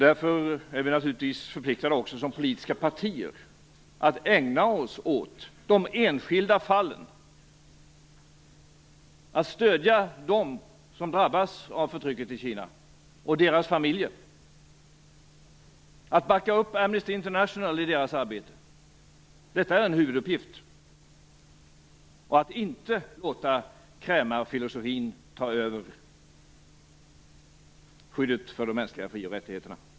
Därför är de politiska partierna naturligtvis också förpliktade att ägna sig åt de enskilda fallen och åt att stödja dem som drabbas av förtrycket i Kina och deras familjer. Vi bör backa upp Amnesty International i dess arbete. Detta är en huvuduppgift. Vi skall inte låta krämarfilosofin ta över skyddet för de mänskliga fri och rättigheterna.